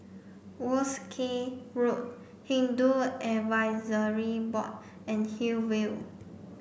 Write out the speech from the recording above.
Wolskel Road Hindu Advisory Board and Hillview